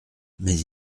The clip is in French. mais